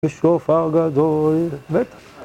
בשוף הגדול